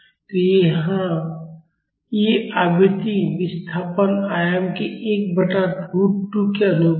तो यहाँ ये आवृत्तियाँ विस्थापन आयाम के 1 बटा रूट 2 के अनुरूप हैं